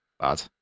bad